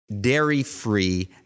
dairy-free